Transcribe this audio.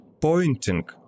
pointing